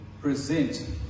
Present